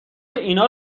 اینا